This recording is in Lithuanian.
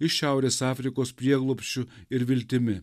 iš šiaurės afrikos prieglobsčiu ir viltimi